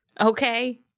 okay